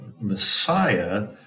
Messiah